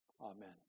Amen